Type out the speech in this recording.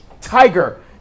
tiger